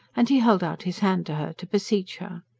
and he held out his hand to her, to beseech her.